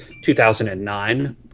2009